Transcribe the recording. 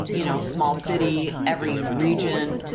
you know, small city, every region,